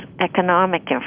economic